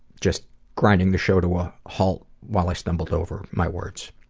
just grinding the show to a halt while i stumbled over my words.